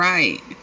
Right